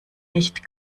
nicht